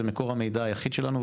זה מקור המידע היחיד שלנו,